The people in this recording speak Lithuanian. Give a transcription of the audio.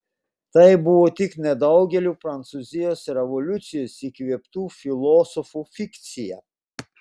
tai buvo tik nedaugelio prancūzijos revoliucijos įkvėptų filosofų fikcija